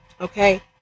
okay